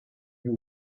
you